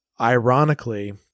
ironically